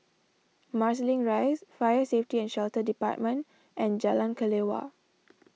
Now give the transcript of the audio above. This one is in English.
Marsiling Rise Fire Safety and Shelter Department and Jalan Kelawar